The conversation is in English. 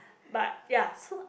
but ya so